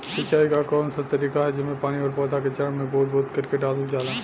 सिंचाई क कउन सा तरीका ह जेम्मे पानी और पौधा क जड़ में बूंद बूंद करके डालल जाला?